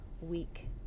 week